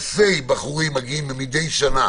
לא תגלית ולא מסע, אלפי בחורים מגיעים מידי שנה